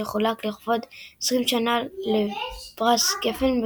שחולק לכבוד 20 שנה לפרס גפן,